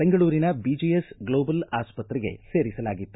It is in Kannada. ಬೆಂಗಳೂರಿನ ಬಿಜಿಎಸ್ ಗ್ಲೋಬಲ್ ಆಸ್ಪತ್ರೆಗೆ ಸೇರಿಸಲಾಗಿತ್ತು